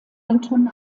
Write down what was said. anton